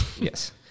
Yes